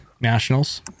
Nationals